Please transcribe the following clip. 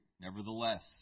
Nevertheless